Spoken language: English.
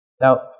Now